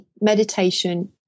meditation